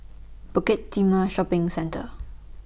Bukit Timah Shopping Centre